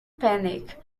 panic